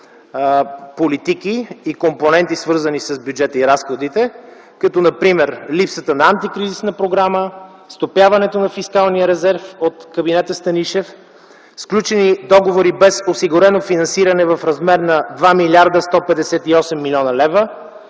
политики и компоненти, свързани с бюджета и разходите, като например липсата на антикризисна програма, стопяването на фискалния резерв от кабинета Станишев, сключени договори без осигурено финансиране в размер на 2 млрд. 158 млн. лв.,